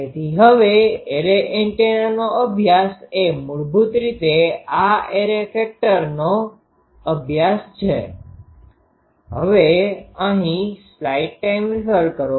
તેથી હવે એરે એન્ટેનાનો અભ્યાસ એ મૂળભૂત રીતે આ એરે ફેક્ટરનો અભ્યાસ છે